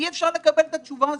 אי אפשר לקבל את התשובה הזו.